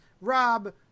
rob